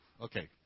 okay